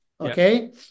okay